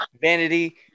Vanity